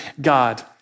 God